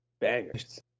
Bangers